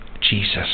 Jesus